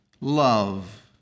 love